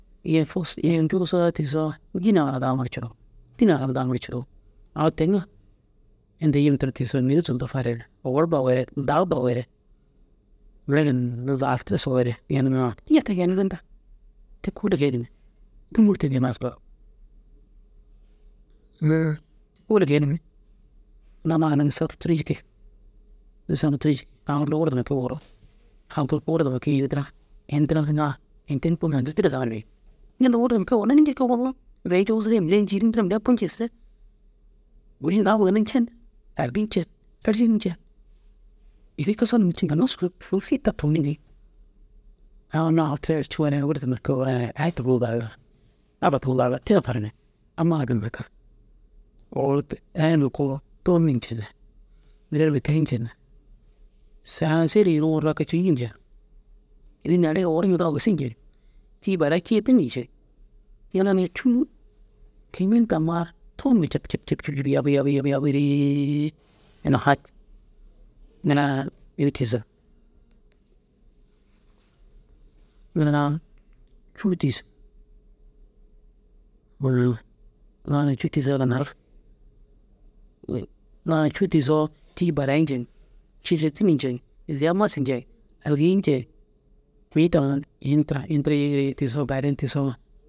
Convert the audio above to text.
Yim fusu yim ncuusugaa tiisoo dînaa ginna dau huma ru ruug. Dînaa ginna dau huma ru curuug. Au teŋa inta yim tira tiisoo mêri zuntu fareere owor baweere dau baweere mire ginna zaal tiri soweere geeniŋaa. Ña te geeniŋaa inta? Te kôoli geenimmi, tômmu ru te ginasu koo. kôoli geenimmi, unnu amma ginna gisirigaa duturii jiki. Duusoo na tirii au guru wurda huma kii wura au guru wurda huma ini tira. Ini tira ndiŋaa ini teru zuntu dînaa ginna daa bêi. Ña inta wurda numa kii wunuŋaa înni jirkan nu wunuŋ. Mire i ncuusire mire i ncîirintire mire i bu nciisire wo ini daama ginna ncen ni. Aligi ncen eršen ncen ini kisar numa ciŋa sun. Ai unnu au tirai erciŋore wurda huma kii wura aya taŋuu dagir. Abba taŋuu dagir te na farimmi. Amma ara ginna kal owordi aya numa koo tuun ni cene. Mire numa kei cene. Saa naa sêela yiriŋoo ri ai kee cunci nceŋ. Ini neerei owor numa daguu gisu nceŋ. Tîi barayi cî duro dînnu nceŋ. Ŋila naa cûu kôi ŋil tammaa ru tuun huma cap cap cap cap yabii yabii yabii yabiiree ini ai ŋila naa ini tiisu. Ŋila naa cûu tiisu wor ŋila naa cûu tiisigaa ginna ru ŋila naa cûu tiisoo tîi barai nceŋ. Cî duro dînni nceŋ. Iziya masu nceŋ. Aligii nceŋ. Mii taŋa ini tira ini tira yiŋiiree tiisoo baadin tiisoo